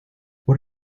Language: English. what